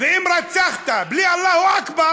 זה לא דיאלוג.